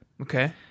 okay